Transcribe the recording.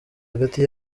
hagati